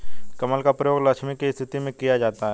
कमल का प्रयोग लक्ष्मी की स्तुति में किया जाता है